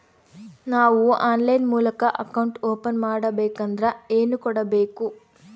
ನಾವು ಆನ್ಲೈನ್ ಮೂಲಕ account open ಮಾಡಬೇಂಕದ್ರ ಏನು ಕೊಡಬೇಕು?